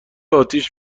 اتیش